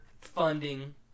funding